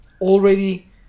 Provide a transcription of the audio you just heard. already